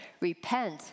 Repent